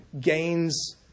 gains